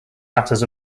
matters